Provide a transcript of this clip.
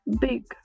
big